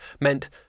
meant